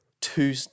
two